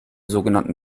sogenannten